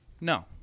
No